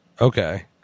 Okay